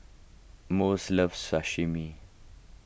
Mose loves